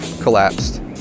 collapsed